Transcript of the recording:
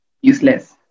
useless